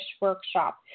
workshop